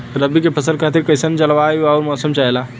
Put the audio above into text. रबी क फसल खातिर कइसन जलवाय अउर मौसम चाहेला?